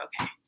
okay